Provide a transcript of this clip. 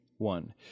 One